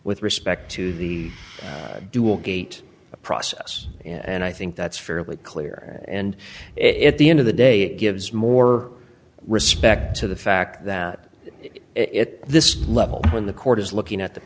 with respect to the dual gate process and i think that's fairly clear and it at the end of the day gives more respect to the fact that it this level when the court is looking at the